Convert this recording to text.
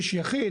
יחיד,